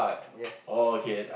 yes